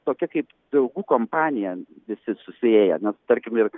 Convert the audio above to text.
tokia kaip draugų kompanijan visi susiėję nes tarkim ir